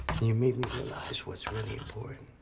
you made me realize what's really important.